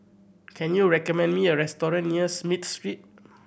can you recommend me a restaurant near Smith Street